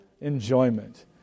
enjoyment